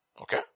Okay